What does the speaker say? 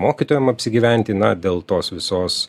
mokytojam apsigyventi na dėl tos visos